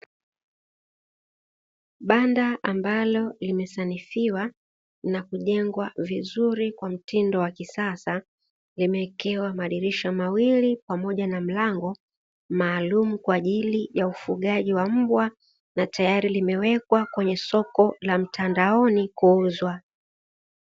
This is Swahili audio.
Banda ambalo limesanifiwa na kujengwa vizuri kwa mtindo wa kisasa, limeekewa madirisha mawili pamoja na mlango maalumu kwa ajili ya ufugaji wa mbwa, na tayari limewekwa kwenye soko la mtandaoni kuuzwa.